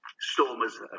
Stormers